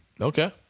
Okay